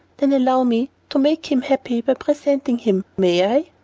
then allow me to make him happy by presenting him, may i?